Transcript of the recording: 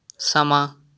ਸਮਾਂ